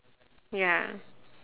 ya